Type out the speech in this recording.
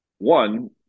One